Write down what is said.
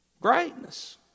Greatness